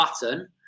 button